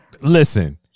Listen